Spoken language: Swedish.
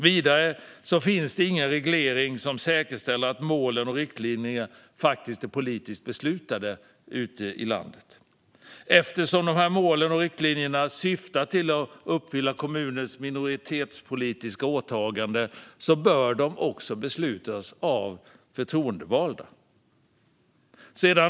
Vidare finns det ingen reglering som säkerställer att målen och riktlinjerna är politiskt beslutade ute i landet. Eftersom målen och riktlinjerna syftar till att uppfylla kommunens minoritetspolitiska åtaganden bör de också beslutas av förtroendevalda.